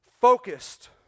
focused